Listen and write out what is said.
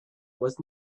was